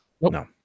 No